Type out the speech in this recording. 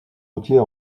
routiers